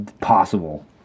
possible